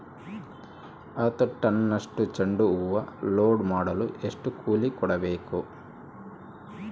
ಹತ್ತು ಟನ್ನಷ್ಟು ಚೆಂಡುಹೂ ಲೋಡ್ ಮಾಡಲು ಎಷ್ಟು ಕೂಲಿ ಕೊಡಬೇಕು?